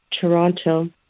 Toronto